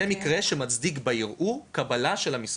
זה מקרה שמצדיק בערעור קבלה של המסמכים.